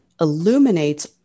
illuminates